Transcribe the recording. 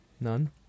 None